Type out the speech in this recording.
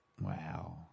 Wow